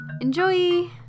Enjoy